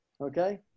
okay